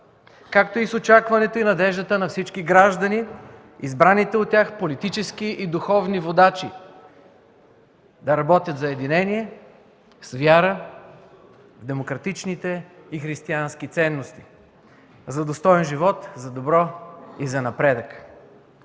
както и с очакването и надеждата на всички граждани избраните от тях политически и духовни водачи да работят за единение, с вяра в демократичните и християнски ценности, за достоен живот, за добро и за напредък.